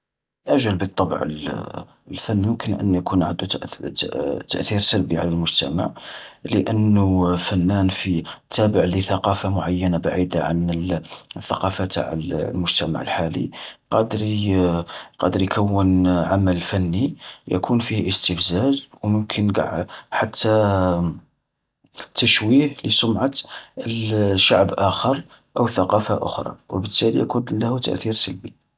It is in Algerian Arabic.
أجل بالطبع الفن يمكن أن يكون عندو ت-تأثير سلبي على المجتمع، لأنو فنان في تابع لثقافة معينة بعيدة عن الثقافة تاع المجتمع الحالي، قادر قادر يكون عمل فني يكون فيه استفزاز وممكن قع حتى تشويه لسمعة الشعب آخر أو ثقافة أخرى وبالتالي يكون له تأثير سلبي.